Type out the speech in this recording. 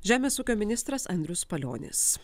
žemės ūkio ministras andrius palionis